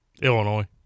Illinois